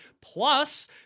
plus